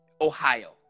Ohio